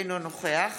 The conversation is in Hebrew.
אינו נוכח